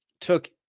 took